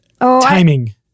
timing